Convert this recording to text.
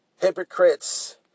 Hypocrites